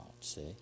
see